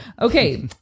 Okay